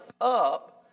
up